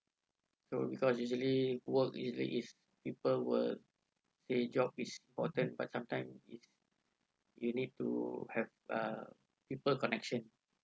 so because usually work relationship is people work the job is important but sometime is you need to have a deeper connection